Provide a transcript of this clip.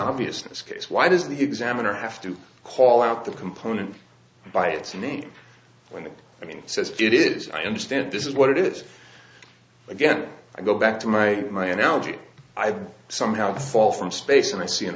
obvious case why does the examiner have to call out the component by its name when i mean it says it is i understand this is what it is again i go back to my my analogy i somehow fall from space and i see an